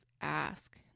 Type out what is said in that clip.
ask